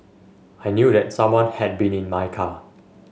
I knew that someone had been in my car